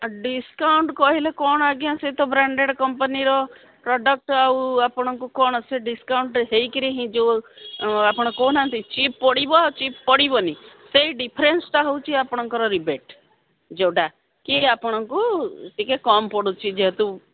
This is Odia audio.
ଡିସକାଉଣ୍ଟ କହିଲେ କ'ଣ ଆଜ୍ଞା ସେହି ତ ବ୍ରାଣ୍ଡେଡ଼ କମ୍ପାନୀର ପ୍ରଡ଼କ୍ଟ ଆଉ ଆପଣଙ୍କୁ କ'ଣ ସେ ଡିସକାଉଣ୍ଟ ହେଇକିରି ହିଁ ଯେଉଁ ଆପଣ କହୁନାହାନ୍ତି ଚିପ୍ ପଡ଼ିବ ଆଉ ଚିପ୍ ପଡ଼ିବନି ସେଇ ଡିଫରେନ୍ସଟା ହେଉଛି ଆପଣଙ୍କର ରିବେଟ୍ ଯେଉଁଟାକି ଆପଣଙ୍କୁ ଟିକେ କମ୍ ପଡ଼ୁଛି ଯେହେତୁ